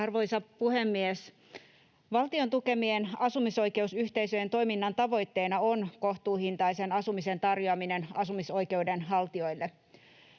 Arvoisa puhemies! Valtion tukemien asumisoikeusyhteisöjen toiminnan tavoitteena on kohtuuhintaisen asumisen tarjoaminen asumisoikeuden haltijoille.